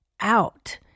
out